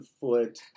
foot